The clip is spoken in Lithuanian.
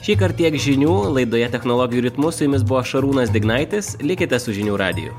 šįkart tiek žinių laidoje technologijų ritmu su jumis buvo šarūnas dignaitis likite su žinių radiju